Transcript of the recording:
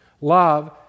love